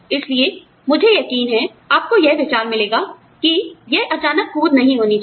इसलिए मुझे यकीन है आपको यह विचार मिलेगा कि आप जानते हैं यह अचानक कूद नहीं होना चाहिए